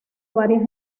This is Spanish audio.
varias